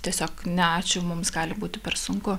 tiesiog ne ačiū mums gali būti per sunku